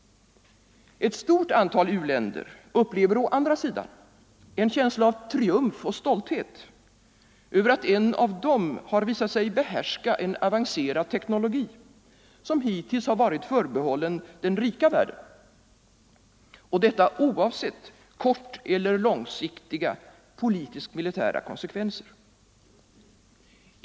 Detta me framställning som nu verkar akut. Ett stort antal u-länder upplever å andra sidan en känsla av triumf och stolthet över att ett av dem visat sig behärska en avancerad teknologi, som hittills varit förbehållen den rika världen, och detta oavsett korteller långsiktiga politiskt-militära konsekvenser.